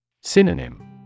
Synonym